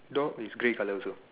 door is grey colour also